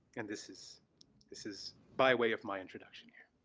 and this is this is by way of my introduction here.